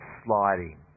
sliding